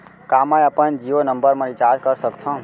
का मैं अपन जीयो नंबर म रिचार्ज कर सकथव?